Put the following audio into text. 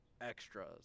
extras